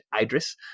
Idris